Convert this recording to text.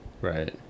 Right